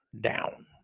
Down